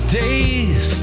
days